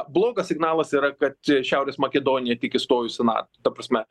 blogas signalas yra kad šiaurės makedonija tik įstojus į nato ta prasme